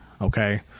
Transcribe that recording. okay